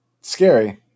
Scary